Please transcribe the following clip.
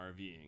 RVing